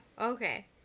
Okay